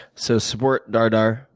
so support dar-dar.